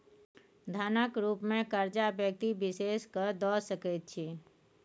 धनक रुप मे करजा व्यक्ति विशेष केँ द सकै छी